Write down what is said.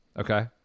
Okay